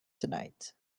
tonight